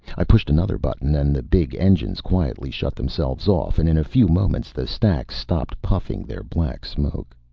i pushed another button, and the big engines quietly shut themselves off, and in a few moments the stacks stopped puffing their black smoke.